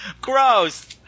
Gross